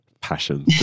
Passion